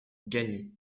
gagny